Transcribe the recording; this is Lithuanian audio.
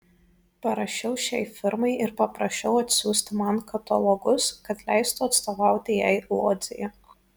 parašiau šiai firmai ir paprašiau atsiųsti man katalogus kad leistų atstovauti jai lodzėje